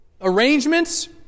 arrangements